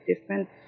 different